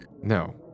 No